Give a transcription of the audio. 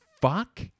fuck